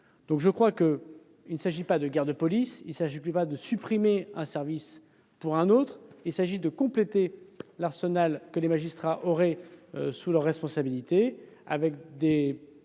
de saisies. Il ne s'agit pas d'une guerre des polices ou de supprimer un service pour un autre, il s'agit de compléter l'arsenal que les magistrats auraient sous leur responsabilité, avec des